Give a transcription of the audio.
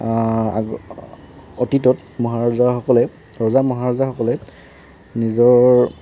আগ অতীতত মহাৰজাসকলে ৰজা মহাৰজাসকলে নিজৰ